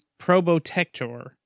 probotector